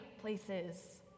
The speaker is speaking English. places